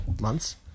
months